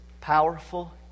powerful